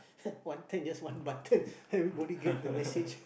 one time just one button everybody get the message